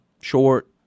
short